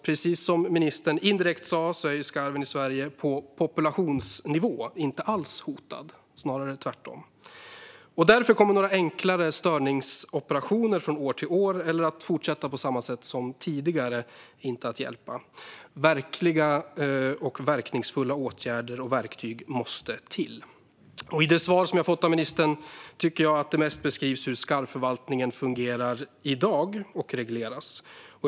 Precis som ministern indirekt sa är skarven i Sverige på populationsnivå inte alls hotad, snarare tvärtom. Därför kommer det inte att hjälpa med några enklare störningsoperationer från år till år eller med att man fortsätter på samma sätt som tidigare. Verkningsfulla åtgärder och verktyg måste till. I det svar som jag har fått av ministern tycker jag att det mest beskrivs hur skarvförvaltningen fungerar och regleras i dag.